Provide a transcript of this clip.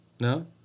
No